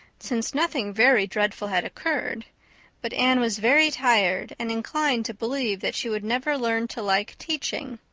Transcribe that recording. since nothing very dreadful had occurred but anne was very tired and inclined to believe that she would never learn to like teaching.